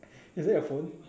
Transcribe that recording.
is that your phone